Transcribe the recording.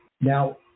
Now